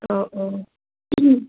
অঁ অঁ